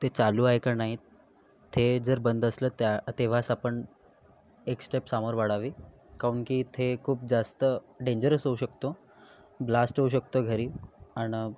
ते चालू आहे का नाहीत ते जर बंद असलं त्या तेव्हाच आपण एक स्टेप सामोर वाढावी काहून की ते खूप जास्त डेंजरस होऊ शकतो ब्लास्ट होऊ शकतो घरी आण्